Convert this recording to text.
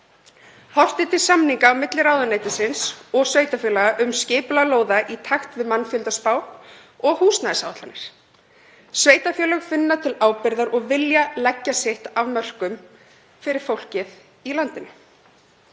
Horft er til samninga milli ráðuneytisins og sveitarfélaga um skipulag lóða í takt við mannfjöldaspá og húsnæðisáætlanir. Sveitarfélög finna til ábyrgðar og vilja leggja sitt af mörkum fyrir fólkið í landinu.